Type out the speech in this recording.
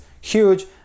huge